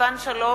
סילבן שלום,